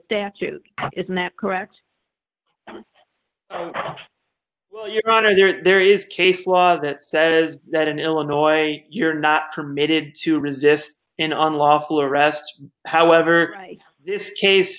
statute isn't that correct well your honor there is case law that says that in illinois you're not permitted to resist an on lawful arrest however this case